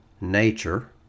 nature